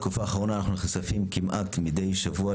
בתקופה האחרונה אנחנו נחשפים כמעט מידי שבוע,